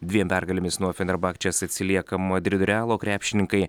dviem pergalėmis nuo fenerbahčės atsilieka madrid realo krepšininkai